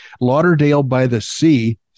Lauderdale-by-the-Sea